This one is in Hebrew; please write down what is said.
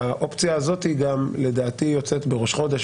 האופציה הזאת יוצאת בראש חודש,